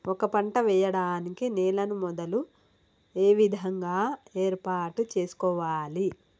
ఒక పంట వెయ్యడానికి నేలను మొదలు ఏ విధంగా ఏర్పాటు చేసుకోవాలి?